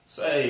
Say